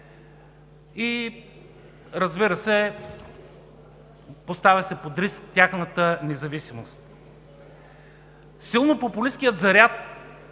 и, разбира се, поставя се под риск тяхната независимост. Силно популисткият заряд